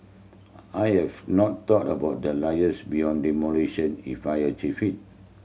I I have not thought about the liars beyond demolition if I achieve it